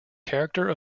character